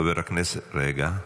רגע.